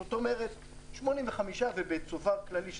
ובצובר כללי,